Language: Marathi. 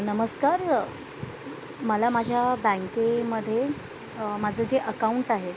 नमस्कार मला माझ्या बँकेमध्ये माझं जे अकाऊंट आहे